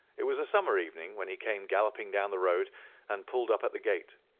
it was a summer evening when he came galloping down the road and pulled up at the gate.